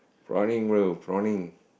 prawning bro prawning